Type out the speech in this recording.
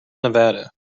nevada